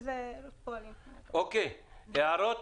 הערות?